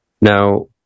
Now